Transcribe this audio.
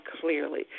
clearly